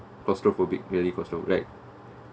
claustrophobic really claustro~ like